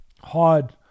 hard